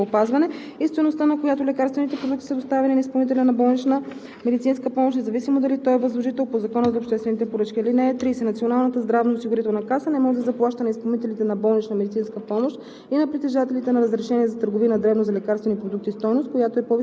сключени от министъра на здравеопазването в качеството му на Централен орган за покупки в сектор „Здравеопазване“, и стойността, на която лекарствените продукти са доставени на изпълнителя на болнична медицинска помощ, независимо дали той е възложител по Закона за обществените поръчки. (30) Националната здравноосигурителна каса не може да заплаща на изпълнителите на болнична медицинска помощ